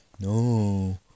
no